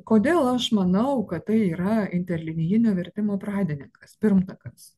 kodėl aš manau kad tai yra interlinijinio vertimo pradininkas pirmtakas